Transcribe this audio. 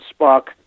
Spock